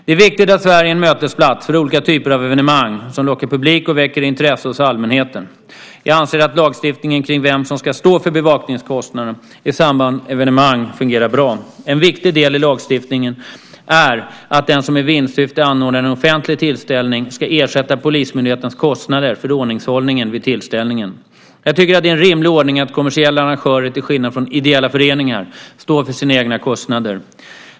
Det är viktigt att Sverige är en mötesplats för olika typer av evenemang som lockar publik och väcker intresse hos allmänheten. Jag anser att lagstiftningen kring vem som ska stå för bevakningskostnaden i samband med evenemang fungerar bra. En viktig del i lagstiftningen är att den som i vinstsyfte anordnar en offentlig tillställning ska ersätta polismyndighetens kostnader för ordningshållningen vid tillställningen. Jag tycker att det är en rimlig ordning att kommersiella arrangörer, till skillnad från ideella föreningar, står för sina egna kostnader.